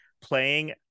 playing